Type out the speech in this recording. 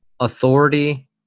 authority